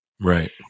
Right